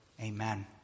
Amen